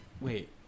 wait